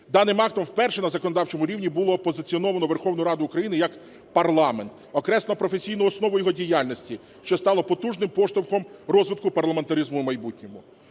Даним актом вперше на законодавчому рівні було опозиціоновано Верховну Раду України як парламент, окреслено професійну основу його діяльності, що стало потужним поштовхом розвитку парламентаризму у майбутньому.